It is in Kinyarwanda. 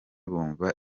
bumva